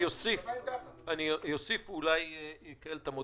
אוסיף את המודל.